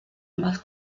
más